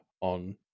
on